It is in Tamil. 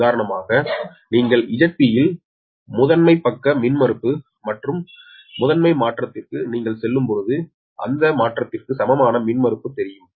உதாரணமாக நீங்கள் Zp இல் முதன்மை பக்க மின்மறுப்பு மற்றும் முதன்மை மாற்றத்திற்கு நீங்கள் செல்லும்போது அந்த மாற்றத்திற்கு சமமான மின்மறுப்பு தெரியும்